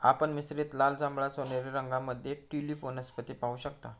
आपण मिश्रित लाल, जांभळा, सोनेरी रंगांमध्ये ट्यूलिप वनस्पती पाहू शकता